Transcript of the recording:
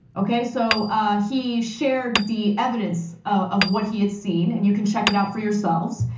okay, so he shared the evidence of what he had seen and you can check it out for yourselves.